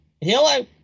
Hello